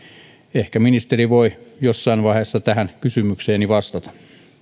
ehkä ministeri voi jossain vaiheessa tähän kysymykseeni vastata